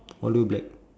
all black black